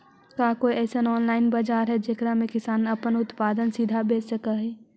का कोई अइसन ऑनलाइन बाजार हई जेकरा में किसान अपन उत्पादन सीधे बेच सक हई?